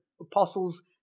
apostles